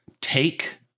take